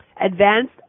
advanced